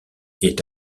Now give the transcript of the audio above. est